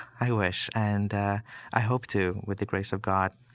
i wish. and i hope to, with the grace of god,